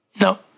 No